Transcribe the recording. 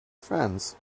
friends